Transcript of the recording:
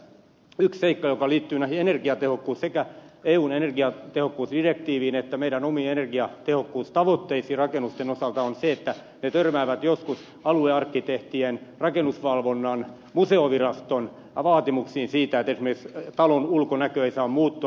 yksi seikka joka liittyy sekä eun energiatehokkuusdirektiiviin että meidän omiin energiatehokkuustavoitteisiimme rakennusten osalta on se että ne törmäävät joskus aluearkkitehtien rakennusvalvonnan ja museoviraston vaatimuksiin esimerkiksi siitä että talon ulkonäkö ei saa muuttua